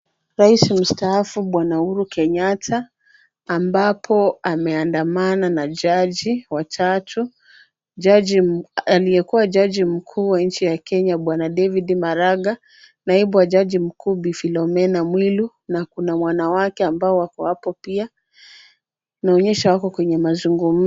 Rais mstaafu Bwana Uhuru Kenyatta ambapo ameandamana na jaji watatu, aliyekuwa jaji mkuu wa nchi ya Kenya Bwana David Maraga, naibu wa jaji mkuu Bi Philomena Mwilu na kuna wanawake ambao wako hapo pia, inaonyesha wako kwenye mazungumzo.